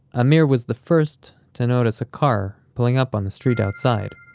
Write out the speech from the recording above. amir was the first to notice a car pulling up on the street outside,